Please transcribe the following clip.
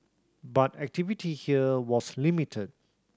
but activity here was limited